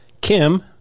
Kim